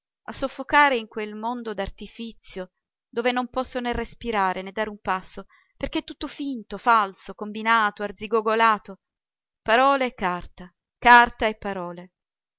a soffocare in quel mondo d'artifizio dove non posso né respirare né dare un passo perché è tutto finto falso combinato arzigogolato parole e carta carta e parole